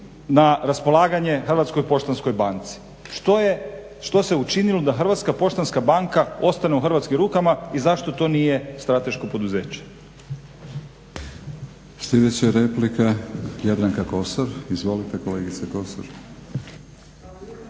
na raspolaganje Hrvatskoj poštanskoj banci. Što se učinilo da Hrvatska poštanska banka ostane u hrvatskim rukama i zašto to nije strateško poduzeće? **Batinić, Milorad (HNS)** Sljedeća replika Jadranka Kosor. Izvolite kolegice Kosor.